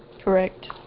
Correct